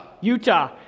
Utah